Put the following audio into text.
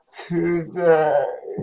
today